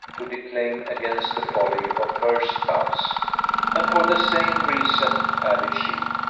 to declaim against the folly of first loves and for the same reason, added she,